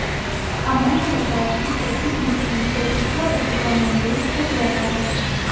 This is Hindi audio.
अमन ने बताया कि प्रतिभूति प्रतिज्ञापत्र का मूल्य स्थिर रहता है